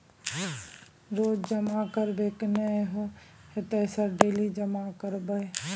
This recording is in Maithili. रोज जमा करबे नए होते सर डेली जमा करैबै?